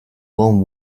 long